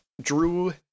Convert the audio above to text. Drew